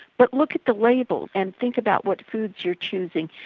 but look at the labels and think about what foods you are choosing.